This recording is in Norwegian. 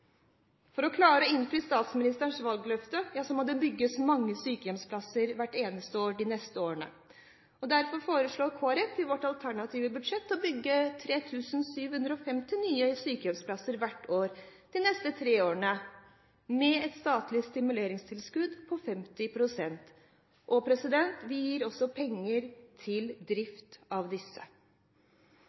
For å klare å innfri statsministerens valgløfte må det bygges mange sykehjemsplasser hvert eneste år de neste årene. Derfor foreslår Kristelig Folkeparti i sitt alternative budsjett å bygge 3 750 nye sykehjemsplasser hvert år de neste tre årene – med et statlig stimuleringstilskudd på 50 pst. Vi gir også penger til drift av disse.